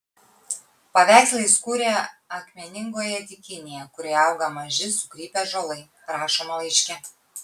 paveikslą jis kūrė akmeningoje dykynėje kurioje auga maži sukrypę ąžuolai rašoma laiške